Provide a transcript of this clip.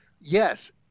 Yes